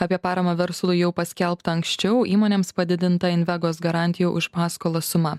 apie paramą verslui jau paskelbta anksčiau įmonėms padidinta invegos garantijų už paskolas suma